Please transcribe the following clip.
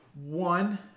One